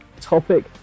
topic